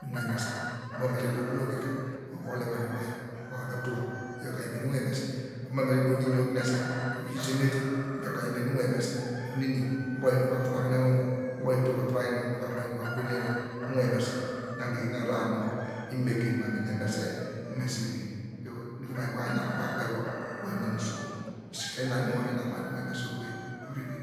nu mi wane mese ubo me oho nu ovulom kikar owol te banu ivom uvai yor, uvai yor odor tua, iyaw ka nu mone me nu wane mese, onini nu ugine se oyi semine te ka mi wane mese, onini abo mu yaw inum muva frangne inwin wor, umoka von inum va puene inwor uwane mese ina kre iyin ahrar nu imene ke eni man eni emese me doku mem mu miyaw ina kre nu gwa kperi wor uyin onu usokun sie inwor mu ina mador uwane mese okuveyi uvitivi.